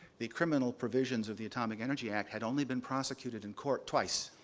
the criminal provisions of the atomic energy act had only been prosecuted in court twice.